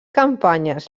campanyes